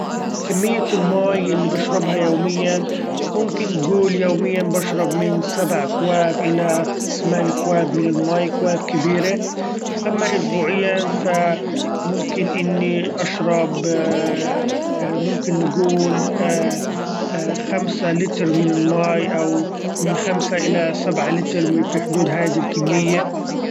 كمية الماي اللي بشربها يوميا ممكن تقول يوميا بشرب من سبع اكواب الي ثمإني اكواب من المأي اكواب كبيرة ، اما اسبوعيا ف ممكن إني اشرب ‹hesitate › ممكن نقول ‹hesitate › خمسة لتر من المأي أو من خمسة الى سبعة لتر، من في حدود هادي الكمية.